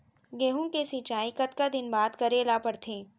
गेहूँ के सिंचाई कतका दिन बाद करे ला पड़थे?